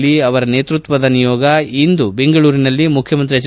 ಲೀ ಅವರ ನೇತೃತ್ವದ ನಿಯೋಗ ಇಂದು ಬೆಂಗಳೂರಿನಲ್ಲಿ ಮುಖ್ಯಮಂತ್ರಿ ಎಚ್